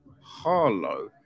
Harlow